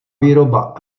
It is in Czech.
výroba